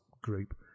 group